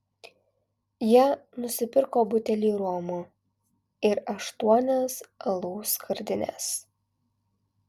jie nusipirko butelį romo ir aštuonias alaus skardines